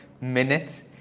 Minutes